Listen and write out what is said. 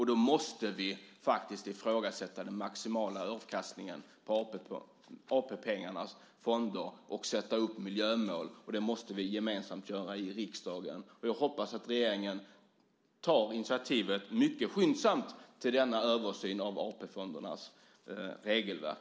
Vi måste faktiskt ifrågasätta den maximala avkastningen på AP-fonderna och sätta upp miljömål, och det måste vi göra gemensamt i riksdagen. Jag hoppas att regeringen mycket skyndsamt tar initiativ till denna översyn av AP-fondernas regelverk.